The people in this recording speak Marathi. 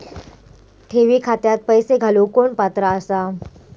ठेवी खात्यात पैसे घालूक कोण पात्र आसा?